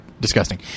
disgusting